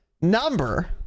number